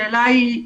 השאלה היא באמת,